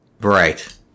Right